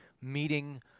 meeting